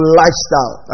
lifestyle